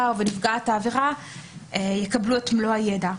או נפגעת העבירה יקבלו את מלוא הידע.